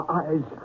eyes